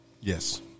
Yes